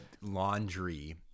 laundry